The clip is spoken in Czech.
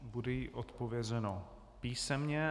Bude jí odpovězeno písemně.